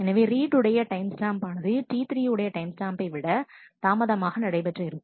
எனவே ரீட் உடைய time stamp ஆனது T3 உடைய டைம் ஸ்டாம்பை விட தாமதமாக நடைபெற்று இருக்கும்